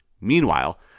Meanwhile